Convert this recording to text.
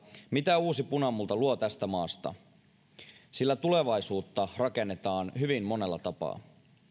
mitä uusi punamulta luo tästä maasta sillä tulevaisuutta rakennetaan hyvin monella tapaa